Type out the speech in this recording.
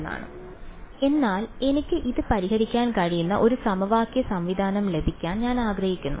എന്നാൽ എനിക്ക് ഇത് പരിഹരിക്കാൻ കഴിയുന്ന ഒരു സമവാക്യ സംവിധാനം ലഭിക്കാൻ ഞാൻ ആഗ്രഹിക്കുന്നു